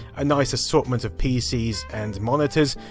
ah nice assortment of pcs and monitors.